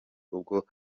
ubwo